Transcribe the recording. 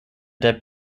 der